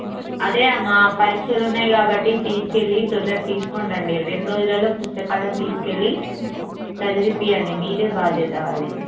అదే అమ్మ పరీక్షలు ఉన్నాయి కాబట్టి తీసుకు వెళ్ళి తొందరగా తీసుకొని రండి రెండు రోజులలో పుస్తకాలను తీసుకు వెళ్ళి చదివించండి మీదే బాధ్యత అది